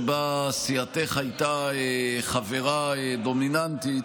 שבה סיעתך הייתה חברה דומיננטית,